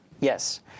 Yes